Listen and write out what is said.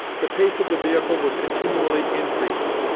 the pace of the vehicle was continually increasing,